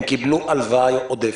הם קיבלו הלוואה עודפת.